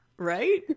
right